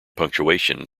punctuation